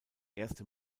erste